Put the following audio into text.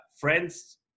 friends